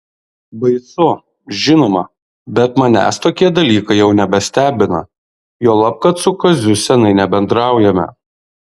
baisu žinoma bet manęs tokie dalykai jau nebestebina juolab kad su kaziu seniai nebendraujame